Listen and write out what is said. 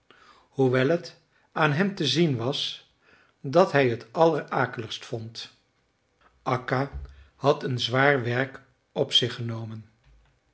hoewel t aan hem te zien was dat hij t allerakeligst vond akka had een zwaar werk op zich genomen